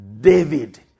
David